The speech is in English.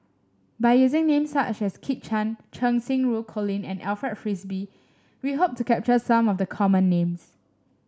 by using names such as Kit Chan Cheng Xinru Colin and Alfred Frisby we hope to capture some of the common names